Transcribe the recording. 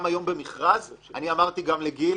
אני אמרתי גם לגיל,